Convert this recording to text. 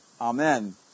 Amen